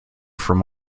from